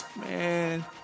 man